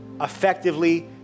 Effectively